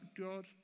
God